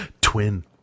twin